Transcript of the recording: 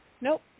Nope